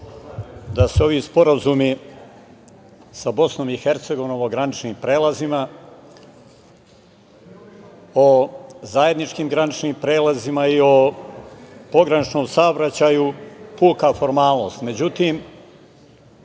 da su ovi sporazumi sa BiH o graničnim prelazima, o zajedničkim graničnim prelazima i o pograničnom saobraćaju puka formalnost.